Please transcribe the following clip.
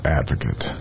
advocate